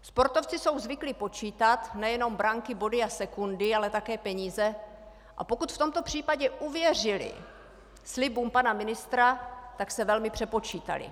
Sportovci jsou zvyklí počítat nejenom branky, body a sekundy, ale také peníze, a pokud v tomto případě uvěřili slibům pana ministra, tak se velmi přepočítali.